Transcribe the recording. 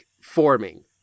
forming